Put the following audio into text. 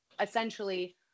essentially